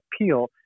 appeal